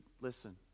listen